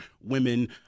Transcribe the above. women